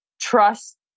trust